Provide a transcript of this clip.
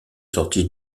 sortie